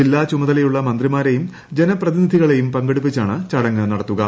ജില്ലാ ചുമതലയുള്ള മന്ത്രിമാരെയും ജനപ്രതിനിധികളെയും പങ്കെടുപ്പിച്ചാണ് ചടങ്ങ് നടത്തുക